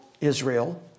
Israel